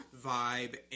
vibe